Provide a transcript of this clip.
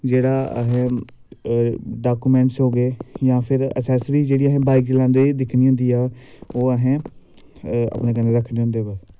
जेह्ड़ा असें डॉक्यूमेंट होगे जां फिऱ एसेस्रीज़ जेह्ड़ी असें बाईक चलांदे दिक्खनी होंदी ऐ होर ओह् असें अपने कन्नै रक्खने होंदे